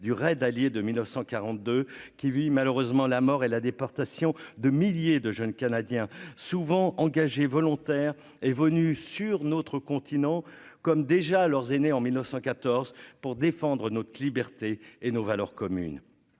du raid allié de 1942 qui vit malheureusement la mort et la déportation de milliers de jeunes Canadiens souvent engagés volontaires, est venu sur notre continent, comme déjà leurs aînés en 1914 pour défendre notre liberté et nos valeurs communes,